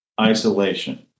isolation